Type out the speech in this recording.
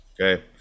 okay